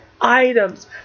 items